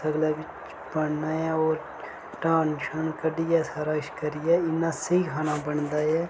सगले बिच्च बनना ऐ होर डान शान कड्डियै सारा किश करियै इन्ना स्हेई खाना बनदा ऐ